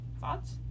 Thoughts